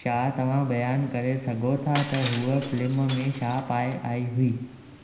छा तव्हां बयानु करे सघो था त हूअ फ़िल्म में छा पाए आई हुई